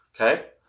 Okay